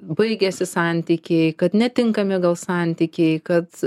baigėsi santykiai kad netinkami gal santykiai kad